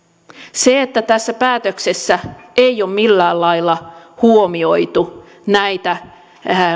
se että tässä päätöksessä ei ole millään lailla huomioitu näitä